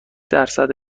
درصد